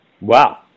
Wow